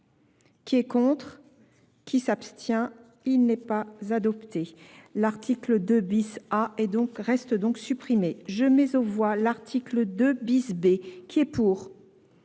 qui est contre, qui s'abstient il n'est pas adopté l'article deux bis a reste donc supprimé je mets aux voix l'article deux bis b qui est qui